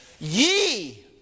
Ye